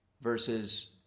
versus